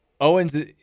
Owen's